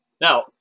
Now